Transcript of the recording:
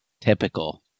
Typical